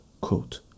quote